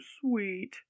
sweet